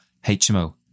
HMO